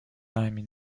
нами